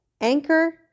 Anchor